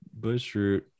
Bushroot